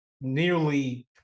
nearly